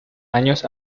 años